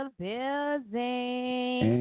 building